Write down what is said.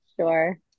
sure